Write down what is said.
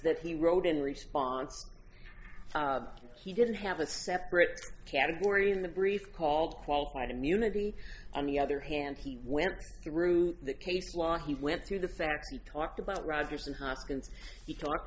that he wrote in response he didn't have a separate category in the brief called qualified immunity on the other hand he went through the case law he went through the fact he talked about rogers and hoskins he talked